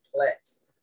complex